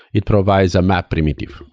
it provides a map primitive.